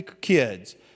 kids